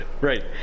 right